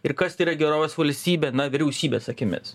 ir kas tai yra gerovės valstybė na vyriausybės akimis